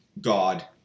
God